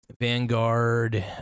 Vanguard